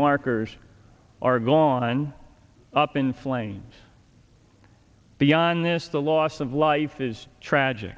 markers are gone up in flames beyond this the loss of life is tragic